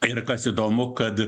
ir kas įdomu kad